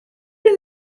der